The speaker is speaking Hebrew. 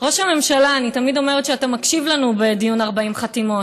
אני תמיד אומרת שאתה מקשיב לנו בדיון 40 חתימות,